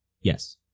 Yes